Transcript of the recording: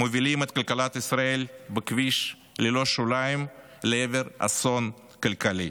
מובילים את כלכלת ישראל בכביש ללא שוליים לעבר אסון כלכלי.